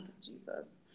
Jesus